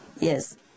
Yes